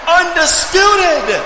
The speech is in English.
undisputed